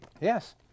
Yes